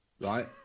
right